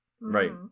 Right